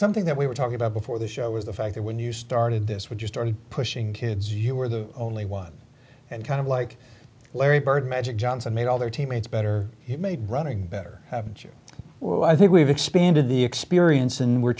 something that we were talking about before this show was the fact that when you started this what you started pushing kids you were the only one and kind of like larry bird magic johnson made all their teammates better made running better well i think we've expanded the experience and we're